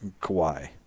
Kawhi